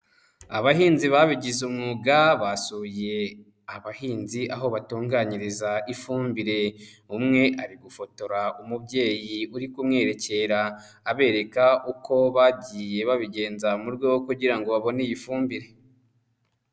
Abahinzi babigize umwuga basuye abahinzi, aho batunganyiriza ifumbire, umwe ari gufotora umubyeyi uri kumwerekera abereka uko bagiye babigenza mu rwego rwo kugira ngo babone iyi fumbire.